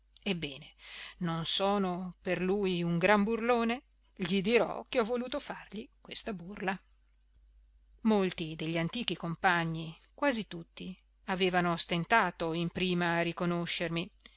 ebbene non sono per lui un gran burlone gli dirò che ho voluto fargli questa burla molti degli antichi compagni quasi tutti avevano stentato in prima a riconoscermi